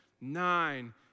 nine